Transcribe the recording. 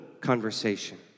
conversation